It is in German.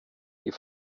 die